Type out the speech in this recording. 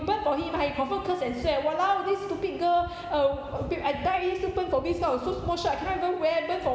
burn for him ah he confirm curse and swear !walao! this stupid girl um I die you still burn for me this kind of so small shirt I cannot even wear burn for